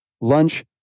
lunch